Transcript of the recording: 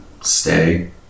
stay